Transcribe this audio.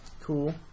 Cool